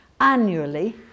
annually